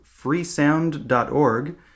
freesound.org